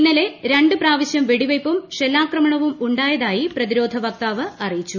ഇന്നലെ രണ്ട് പ്രാവശ്യം വെടിവയ്പും ഷെല്ലാക്രമണവും ഉണ്ടായതായി പ്രതിരോധ വക്താവ് അറിയിച്ചു